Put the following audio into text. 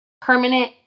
permanent